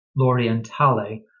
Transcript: Lorientale